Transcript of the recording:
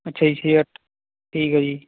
ਅੱਛਾ ਜੀ ਛੇ ਅੱਠ ਠੀਕ ਹੈ ਜੀ